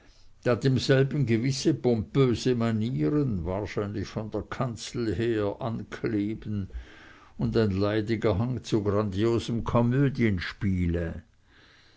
demselben gewisse pompöse manieren wahrscheinlich von der kanzel her ankleben und ein leidiger hang zu grandiosem